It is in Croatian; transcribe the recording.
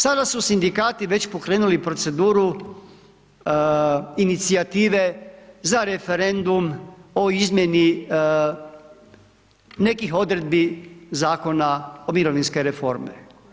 Sada su sindikati već pokrenuli proceduru inicijative za referendum o izmjeni nekih odredbi zakona mirovinske reforme.